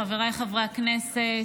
חבריי חברי הכנסת,